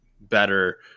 better